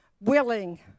willing